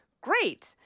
great